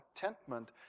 contentment